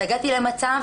והגעתי למצב